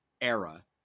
era